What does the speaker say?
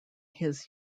his